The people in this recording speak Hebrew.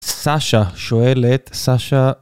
סאשה שואלת, סאשה.